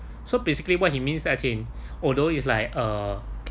so basically what he means as in although it's like uh